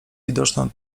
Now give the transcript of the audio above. widoczną